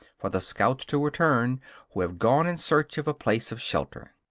for the scouts to return who have gone in search of a place of shelter.